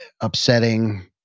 upsetting